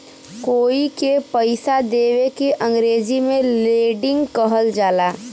कोई के पइसा देवे के अंग्रेजी में लेंडिग कहल जाला